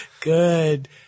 Good